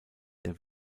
der